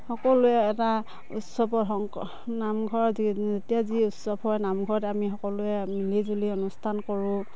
সকলোৱে এটা উৎসৱৰ শংকৰ নামঘৰ যি যেতিয়া যি উৎসৱ হয় নামঘৰতে আমি সকলোৱে মিলি জুলি অনুষ্ঠান কৰোঁ